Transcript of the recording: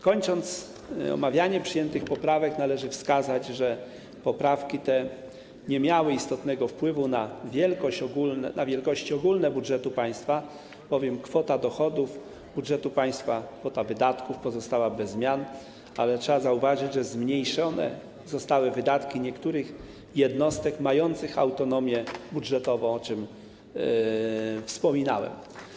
Kończąc omawianie przyjętych poprawek, należy wskazać, że poprawki te nie miały istotnego wpływu na wielkości ogólne budżetu państwa, bowiem kwota dochodów budżetu państwa i kwota wydatków pozostały bez zmian, ale trzeba zauważyć, że zmniejszone zostały wydatki niektórych jednostek mających autonomię budżetową, o czym wspominałem.